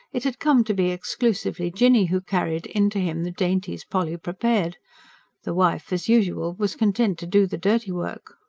it had come to be exclusively jinny who carried in to him the dainties polly prepared the wife as usual was content to do the dirty work!